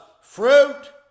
fruit